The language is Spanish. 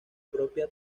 propia